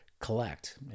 collect